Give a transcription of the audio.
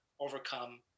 overcome